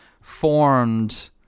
formed